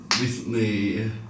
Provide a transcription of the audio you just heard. recently